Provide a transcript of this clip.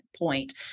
point